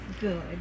good